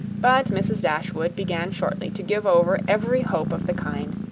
but mrs. dashwood began shortly to give over every hope of the kind,